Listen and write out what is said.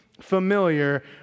familiar